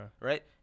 right